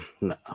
no